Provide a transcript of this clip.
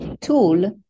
tool